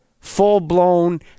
Full-blown